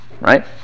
right